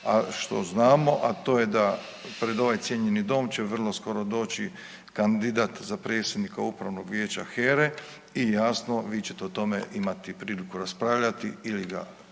što znamo, a to je da pred ovaj cijenjeni dom će vrlo skoro doći kandidat za predsjednika upravnog vijeća HERA-e i jasno vi ćete o tome imati priliku raspravljati ili ga postaviti